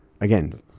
Again